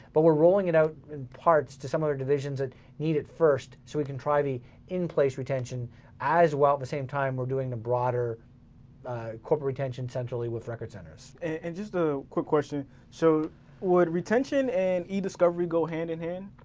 but we're rolling it out in parts to some of our divisions that need it first so we can try the in-place retention as well at the same time we're doing a broader corporate retention centrally with records centers. and just a quick question, so would retention and ediscovery go hand-in-hand,